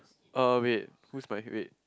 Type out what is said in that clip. uh wait who's my wait